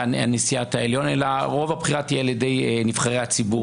נשיאת העליון אלא רוב הבחירה תהיה על ידי נבחרי הציבור.